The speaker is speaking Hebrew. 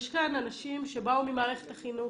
יש כאן אנשים שבאו ממערכת החינוך.